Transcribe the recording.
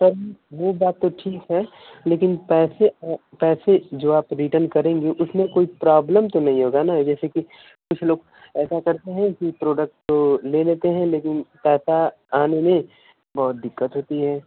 sir वो बात तो ठीक है लेकिन पैसे पैसे जो आप रिटन करेंगी उसमें कोई प्रॉब्लम तो नहीं होगा न जैसे कि कुछ लोग ऐसा करते हैं कि प्रोडक्ट तो ले लेते हैं लेकिन पैसा आने में बहुत दिक्कत होती है